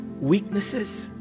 weaknesses